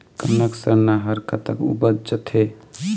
कनक सरना हर कतक उपजथे?